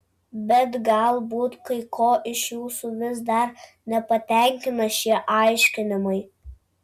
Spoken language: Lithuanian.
bet galbūt kai ko iš jūsų vis dar nepatenkina šie aiškinimai